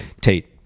Tate